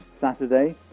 Saturday